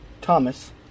Thomas